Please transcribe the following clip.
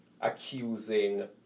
accusing